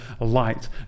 light